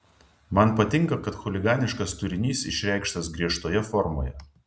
man patinka kad chuliganiškas turinys išreikštas griežtoje formoje